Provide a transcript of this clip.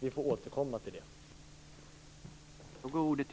Vi får återkomma till det.